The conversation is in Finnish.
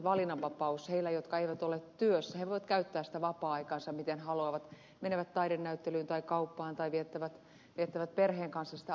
ne jotka eivät ole työssä voivat käyttää vapaa aikaansa miten haluavat menevät taidenäyttelyyn tai kauppaan tai viettävät perheen kanssa sitä aikaa